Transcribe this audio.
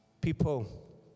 People